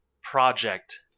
project